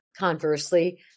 conversely